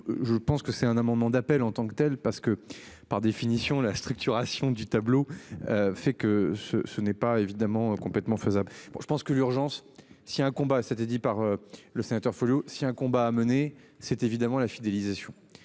Je pense que c'est un amendement d'appel en tant que telle parce que par définition la structuration du tableau. Fait que ce ce n'est pas évidemment complètement faisable. Je pense que l'urgence si un combat, c'était dit par le sénateur Folio si un combat à mener, c'est évidemment la fidélisation.